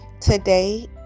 Today